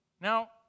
Now